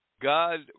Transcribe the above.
God